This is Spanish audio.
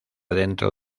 dentro